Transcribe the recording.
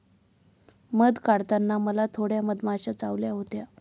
मध काढताना मला थोड्या मधमाश्या चावल्या होत्या